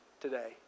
today